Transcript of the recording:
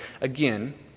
again